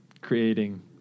creating